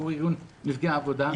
שהוא ארגון נפגעי עבודה,